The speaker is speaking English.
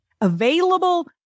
available